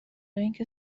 اینکه